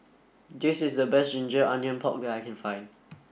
this is the best ginger onions pork I can find